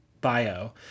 bio